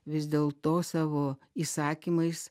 vis dėl to savo įsakymais